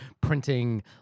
printing